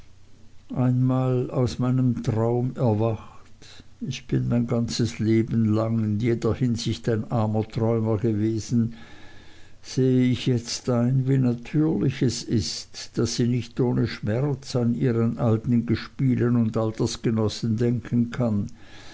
einmal aus meinem traum erwacht ich bin mein ganzes leben lang in jeder hinsicht ein armer träumer gewesen sehe ich jetzt ein wie natürlich es ist daß sie nicht ohne schmerz an ihren alten gespielen und altersgenossen denken kann